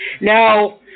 Now